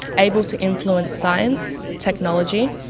able to influence science, technology,